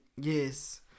Yes